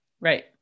Right